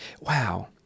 wow